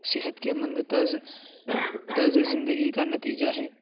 صحت کے مند طرز طرز زندگی کا نتیجہ ہے